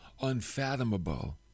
unfathomable